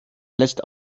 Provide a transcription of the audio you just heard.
lässt